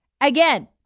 again